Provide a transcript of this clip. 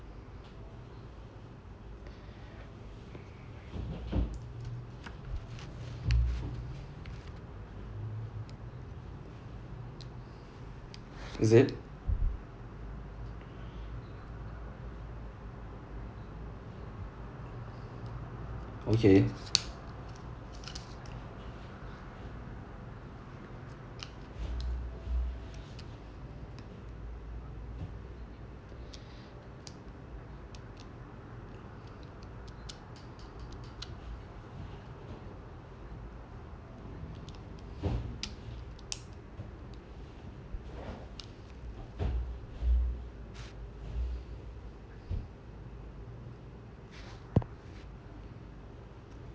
is it okay